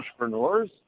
entrepreneurs